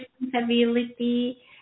responsibility